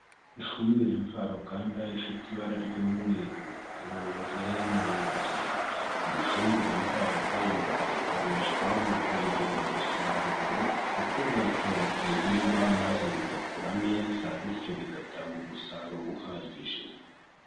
Ifumbire mvaruganda ifite ibara ry'umweru irunze mu ibasi, iyi fumbire mvaruganda ikoreshwa mu kongera umusaruro kuko bayitera ku bihingwa maze bigakura neza bityo bigatanga umusaruro uhagije.